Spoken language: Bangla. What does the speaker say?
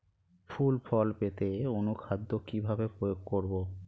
ফুল ফল পেতে অনুখাদ্য কিভাবে প্রয়োগ করব?